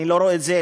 אני לא רואה את זה,